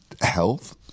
health